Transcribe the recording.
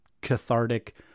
cathartic